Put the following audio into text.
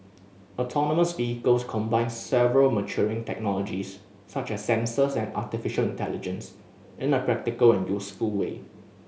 autonomous vehicles combine several maturing technologies such as sensors and artificial intelligence in a practical and useful way